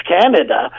Canada